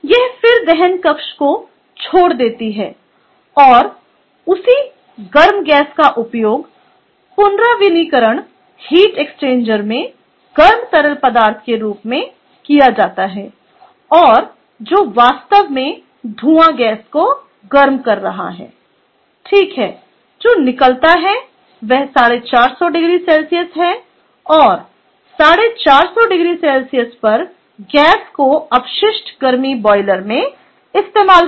यह फिर दहन कक्ष को छोड़ देती है और उसी गर्म गैस का उपयोग पुनर्नवीनीकरण हीट एक्सचेंजर में गर्म तरल पदार्थ के रूप में किया जाता है और जो वास्तव में धूआं गैस को गर्म कर रहा है ठीक है जो निकलता है वह 450oC है और 450 डिग्री सेल्सियस पर गैस को अपशिष्ट गर्मी बॉयलर में इस्तेमाल किया